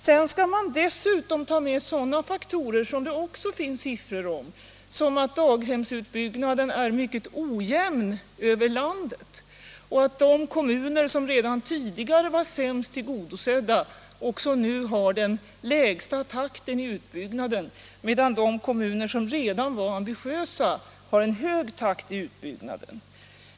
Man måste dessutom ta med sådana faktorer — som det också finns LL siffror på — som att daghemsutbyggnaden är mycket ojämn över landet — Om utbyggnaden av och att de kommuner som redan tidigare var sämst tillgodosedda också barnomsorgen nu har den lägsta takten i utbyggnaden, medan de kommuner som redan tidigare var ambitiösa har en hög takt i utbyggnaden.